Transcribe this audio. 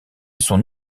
son